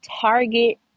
Target